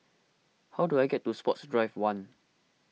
how do I get to Sports Drive one